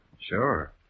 sure